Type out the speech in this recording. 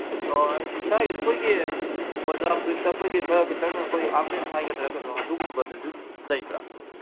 ꯑꯣ ꯑꯩ ꯏꯁꯥꯒꯤ ꯑꯩꯈꯣꯏꯒꯤ ꯃꯣꯖꯥ ꯐꯨꯔꯤꯠꯇ ꯑꯩꯈꯣꯏꯒꯤ ꯈꯔ ꯈꯤꯇꯪ ꯑꯩꯈꯣꯏ ꯑꯥꯝꯂꯦꯁ ꯍꯥꯏꯒꯗ꯭ꯔꯥ ꯀꯩꯅꯣ ꯑꯗꯨꯒꯨꯝꯕꯗꯨꯁꯨ ꯂꯩꯕ꯭ꯔꯥ